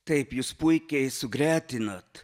taip jūs puikiai sugretinat